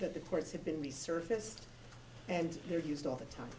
that the courts have been resurfaced and they're used all the time